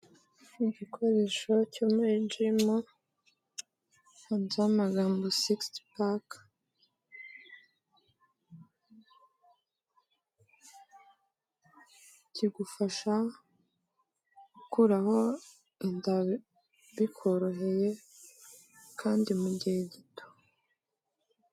Igikoresho cyo muri Jimu cyanditseho amagambo sigisi paka, kigufasha gukuraho inda bikoroheye kandi gihe gito.